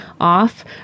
off